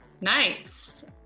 Nice